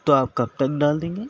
تو آپ کب تک ڈال دیں گے